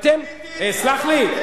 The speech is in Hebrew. סלח לי,